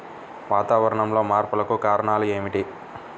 వాతావరణంలో మార్పులకు కారణాలు ఏమిటి?